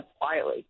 quietly